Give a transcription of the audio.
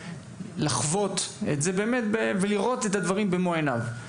לחוות ולראות את הדברים במו עיניו.